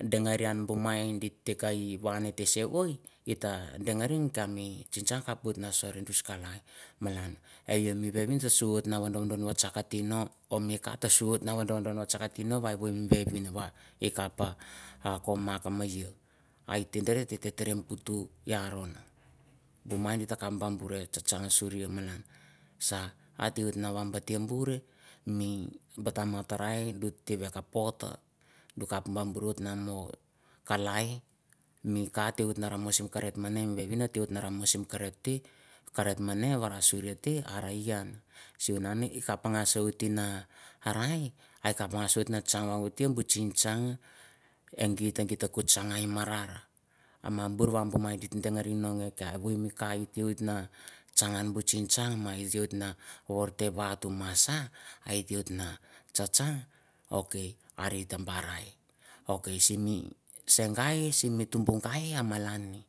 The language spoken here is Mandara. Dangereh reh han buh mahing giteh kai wan hateh sehvoih, hita dangereh kah mi tsing tsung kaph wohot na sohring charr noh kahlai malan. Heyin buh vehvin shovot na vondoh vondoh tsakateh noh oh mi kateh sohvot noh vondoh vondoh tsakkateh noh oh buh vehvim woh geh kapha coh mark eh yehu. Ittyeteh dereh teh tereh kuhtu yah rahon, buh minh kitah bambuh tah tsang sureh malan. Sah hita wohot na nambiting bureh, mi bahtama tarrai giteh bekah pho toh. ghe kaph bammureh namoh kalae, mi karteh vohot remoh karreteh maneh mi vehvin na vohot ramoh seh kareteh. Kareth maneh warasureh hateh ahrah ih han shiwohnan kapha gashwohot tinah rai, eh kapha gash ah wohot tsang wohot na tsing tsang. Eh ghit, eh ghit tsang ah marah ah burr mah, buh gitah dangerah neng eh tah ehwoh kur hite wohot na tsang han buh tsing tsang mai zac na warteh bah tu massah ah ih wohot cahcah ok haratah bahrai. Ok simi sang gai, simi tumbuh gai malannei.